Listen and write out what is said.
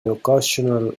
occasional